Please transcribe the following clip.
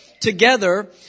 together